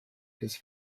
his